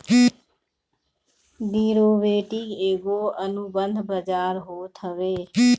derivative एगो अनुबंध बाजार होत हअ